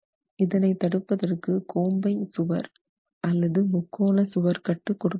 இதனை தடுப்பதற்கு கோம்பைச் சுவர் முக்கோணச்சுவர் கட்டு கொடுக்கலாம்